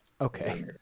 Okay